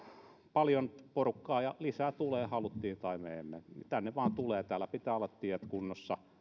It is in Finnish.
paljon porukkaa ja lisää tulee halusimme tai emme tänne vain tulee täällä pitää olla tiet kunnossa